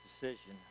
decision